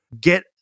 Get